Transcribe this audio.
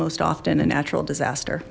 most often a natural disaster